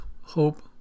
hope